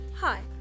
hi